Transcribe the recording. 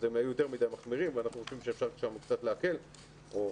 הם היו יותר מדי מחמירים ואנחנו רוצים קצת להקל שם או